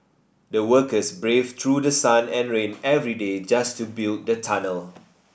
the workers braved through the sun and rain every day just to build the tunnel